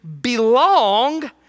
belong